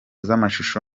z’amashusho